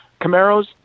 Camaros